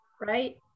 right